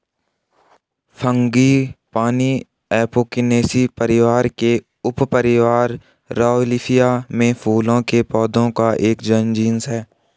frangipani Apocynaceae परिवार के उपपरिवार रौवोल्फिया में फूलों के पौधों का एक जीनस है